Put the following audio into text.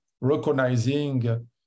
recognizing